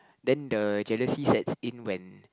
then the jealously sets in when